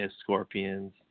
Scorpions